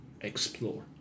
Explore